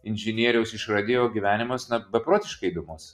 inžinieriaus išradėjo gyvenimas na beprotiškai įdomus